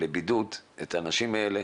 לבידוד את האנשים האלה,